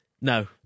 no